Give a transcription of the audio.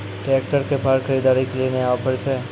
Tractor के फार खरीदारी के लिए नया ऑफर छ?